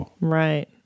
Right